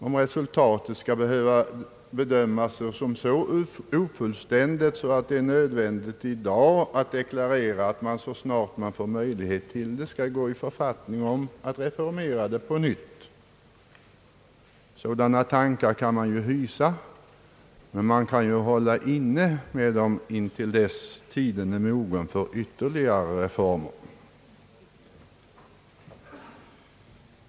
Om resultatet skall behöva bedömas såsom så ofullständigt, att det i dag är nödvändigt att deklarera att man så snart man får möjlighet till det skall gå i författning om att reformera det på nytt kan inte nu avgöras. Sådana tankar kan man ju hysa, men man kan ju hålla inne med dem intill dess tiden är mogen för ytterligare reformer.